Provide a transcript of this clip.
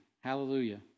Hallelujah